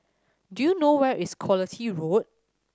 do you know where is Quality Road